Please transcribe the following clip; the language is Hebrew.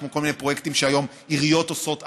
כמו כל מיני פרויקטים שהיום עיריות עושות אד-הוק,